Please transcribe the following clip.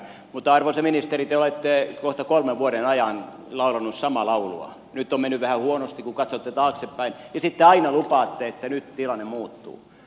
mutta arvoisa ministeri te olette kohta kolmen vuoden ajan laulanut samaa laulua nyt on mennyt vähän huonosti kun katsotte taaksepäin ja sitten aina lupaatte että nyt tilanne muuttuu